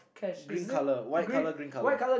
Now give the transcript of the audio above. green color white color green color